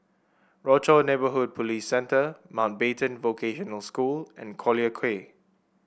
Rochor Neighborhood Police Centre Mountbatten Vocational School and Collyer Quay